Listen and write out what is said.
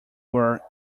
were